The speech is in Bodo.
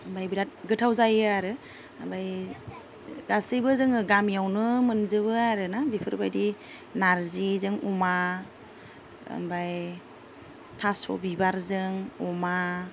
ओमफ्राय बिरात गोथाव जायो आरो ओमफ्राय गासैबो जोङो गामियावनो मोनजोबो आरोना बेफोरबायदि नार्जिजों अमा ओमफ्राय थास' बिबारजों अमा